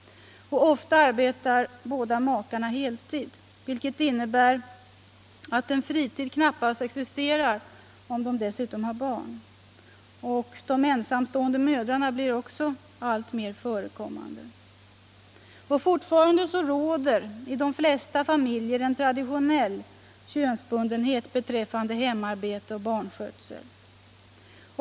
Ofta arbetar båda makarna heltid, vilket innebär att en fritid knappast existerar om de dessutom har barn. De ensamstående mödrarna blir också allt fler. Fortfarande råder i de flesta familjer en traditionell könsbundenhet beträffande hemarbete och barnskötsel.